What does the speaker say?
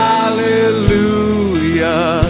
Hallelujah